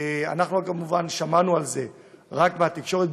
אנחנו כמובן שמענו על זה רק מהתקשורת,